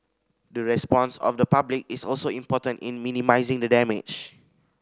the response of the public is also important in minimising the damage